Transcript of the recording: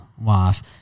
wife